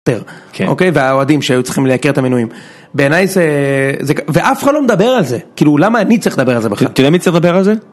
אוקיי? והאוהדים שהיו צריכים להכיר את המנויים. בעיניי זה... ואף אחד לא מדבר על זה. כאילו, למה אני צריך לדבר על זה בכלל? תראה מי צריך לדבר על זה?